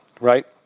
right